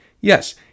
Yes